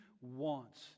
wants